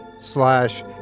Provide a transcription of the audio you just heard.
slash